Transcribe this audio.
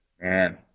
Man